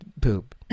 poop